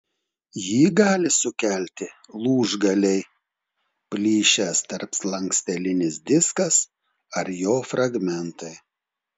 jį gali sukelti lūžgaliai plyšęs tarpslankstelinis diskas ar jo fragmentai